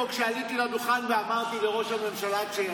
קראו מעל הדוכן הזה לראש ממשלה "רוצח".